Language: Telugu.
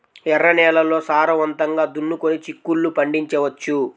ఎర్ర నేలల్లో సారవంతంగా దున్నుకొని చిక్కుళ్ళు పండించవచ్చు